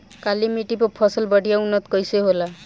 काली मिट्टी पर फसल बढ़िया उन्नत कैसे होला?